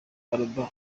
alba